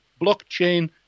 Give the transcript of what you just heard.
blockchain